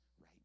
right